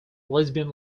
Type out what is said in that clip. lesbian